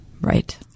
Right